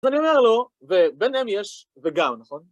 אז אני אומר לו, וביניהם יש וגם, נכון?